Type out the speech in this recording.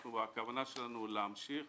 הכוונה שלנו היא להמשיך